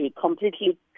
completely